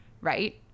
right